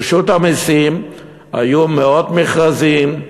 ברשות המסים היו מאות מכרזים,